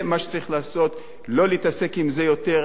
זה מה שצריך לעשות, לא להתעסק עם זה יותר.